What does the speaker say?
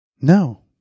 No